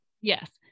Yes